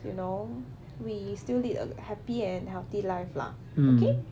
you know we still lead a happy and healthy life lah okay